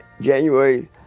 January